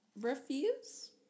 refuse